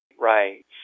Right